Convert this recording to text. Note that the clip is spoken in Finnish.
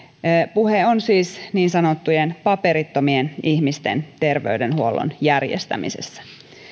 puhe on siis niin sanottujen paperittomien ihmisten terveydenhuollon järjestämisestä